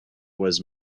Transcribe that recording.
was